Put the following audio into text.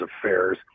Affairs